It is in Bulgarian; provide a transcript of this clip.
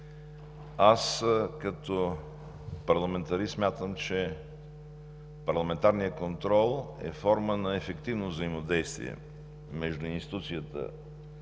аз като парламентарист смятам, че парламентарният контрол е форма на ефективно взаимодействие между институцията